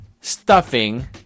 stuffing